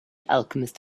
alchemist